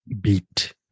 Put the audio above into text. beat